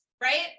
right